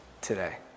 today